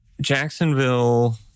Jacksonville